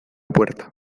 puerta